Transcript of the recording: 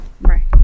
Right